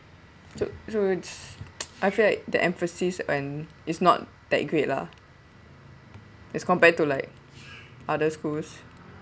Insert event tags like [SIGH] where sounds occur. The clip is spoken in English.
so so it's [NOISE] I feel like the emphasis when it's not that great lah as compared to like other schools